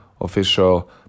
official